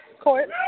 court